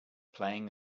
playing